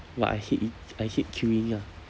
but I hate I hate queuing ah